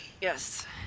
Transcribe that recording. yes